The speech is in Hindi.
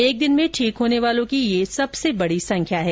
एक दिन में ठीक होने वालों की यह सबसे बडी संख्या है